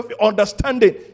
understanding